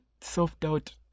self-doubt